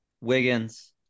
Wiggins